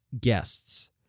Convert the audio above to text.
guests